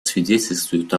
свидетельствуют